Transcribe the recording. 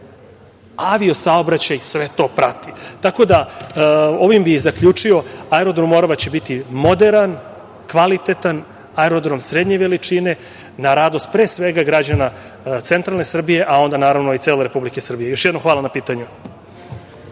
avio-saobraćaj sve to prati. Tako da ovim bi zaključio, aerodrom "Morava" će biti moderan, kvalitetan, aerodrom srednje veličine, na radost pre svega građana centralne Srbije, a onda naravno i cele Republike Srbije. Još jednom hvala na pitanju.